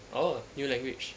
oh new language